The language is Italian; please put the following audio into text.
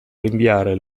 rinviare